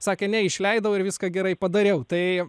sakė ne išleidau ir viską gerai padariau tai